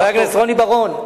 חבר הכנסת רוני בר-און,